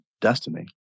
destiny